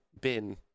bin